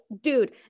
dude